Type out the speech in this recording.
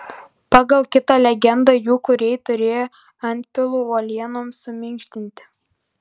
pagal kitą legendą jų kūrėjai turėjo antpilų uolienoms suminkštinti